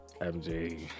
MJ